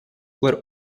were